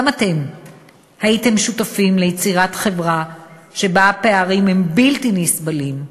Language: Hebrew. גם אתם הייתם שותפים ליצירת חברה שבה הפערים הם בלתי נסבלים.